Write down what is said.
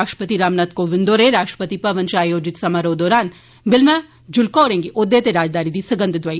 राष्ट्रपति रामनाथ कोविंद होरें राष्ट्रपति भवन च आयोजित समारोह दौरान बिमला जुल्का होरें गी औह्दे ते राजदारी दी सगंघ दोआई